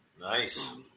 Nice